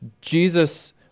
Jesus